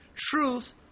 truth